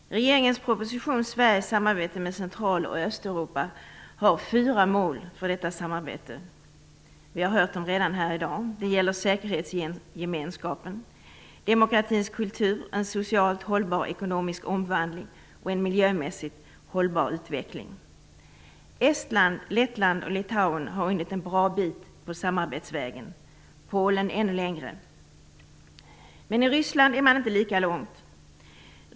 Herr talman! Regeringens proposition Sveriges samarbete med Central och Östeuropa har fyra mål. Vi har redan hört dem här i dag. Det gäller säkerhetsgemenskapen, demokratins kultur, en socialt hållbar ekonomisk omvandling och en miljömässigt hållbar utveckling. Estland, Lettland och Litauen har hunnit en bra bit på samarbetsvägen, Polen ännu längre. Men i Ryssland har man inte hunnit lika långt.